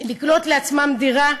לקנות לעצמם דירה,